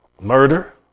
Murder